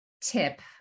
tip